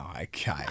Okay